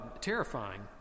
terrifying